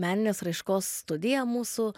meninės raiškos studija mūsų